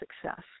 success